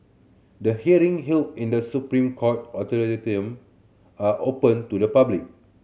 the hearing held in The Supreme Court auditorium are open to the public